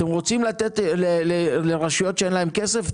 אתם רוצים לתת לרשויות שאין להן כסף?